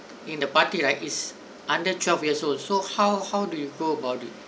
in the party right is under twelve years old so how how do you go about it